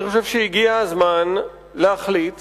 אני חושב שהגיע הזמן להחליט